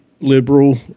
liberal